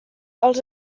els